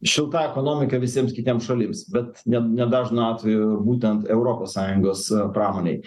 šilta ekonomika visiems kitiems šalims bet ne ne dažnu atveju būtent europos sąjungos pramonei